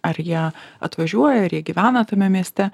ar jie atvažiuoja ir jie gyvena tame mieste